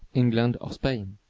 england or spain.